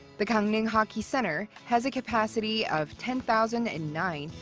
the gangneung hockey center has a capacity of ten thousand and nine,